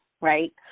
right